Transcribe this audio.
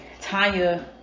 Tanya